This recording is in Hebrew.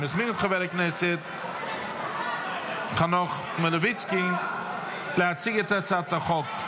אני מזמין את חבר הכנסת חנוך מלביצקי להציג את הצעת החוק.